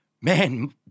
Man